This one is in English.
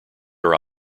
are